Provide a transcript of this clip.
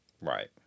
Right